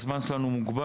הזמן שלנו קצר,